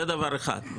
זה דבר אחד.